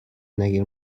نگیر